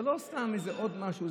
זה לא סתם עוד איזה משהו,